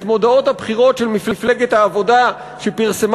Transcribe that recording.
את מודעות הבחירות שמפלגת העבודה פרסמה